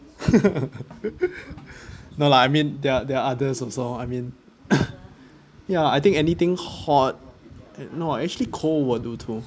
no lah I mean there are there are others also I mean ya I think anything hot no actually cold will do too